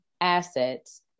assets